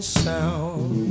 sound